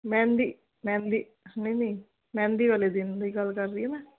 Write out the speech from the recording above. ਮਹਿੰਦੀ ਮਹਿੰਦੀ ਨਹੀਂ ਨਹੀਂ ਮਹਿੰਦੀ ਵਾਲੇ ਦਿਨ ਲਈ ਗੱਲ ਕਰ ਰਹੀ ਆ ਮੈਂ